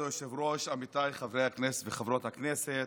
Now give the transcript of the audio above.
חברי וחברות הכנסת,